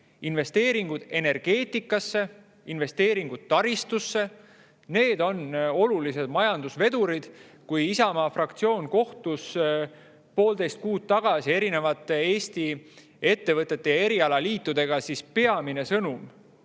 investeeringud energeetikasse, investeeringud taristusse. Need on olulised majandusvedurid. Kui Isamaa fraktsioon kohtus poolteist kuud tagasi erinevate Eesti ettevõtete ja erialaliitudega, siis peamine sõnum